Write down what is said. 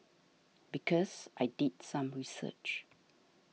because I did some research